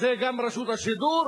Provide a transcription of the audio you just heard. זה גם רשות השידור,